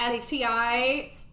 STI